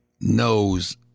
knows